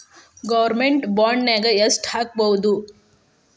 Government ಬಾಂಡ್ನಾಗ್ ಯೆಷ್ಟ್ ಹಾಕ್ಬೊದು?